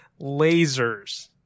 lasers